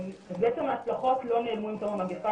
אז בעצם ההשלכות לא נעלמו עם תום המגפה,